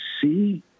see